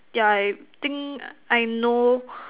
yeah I think I know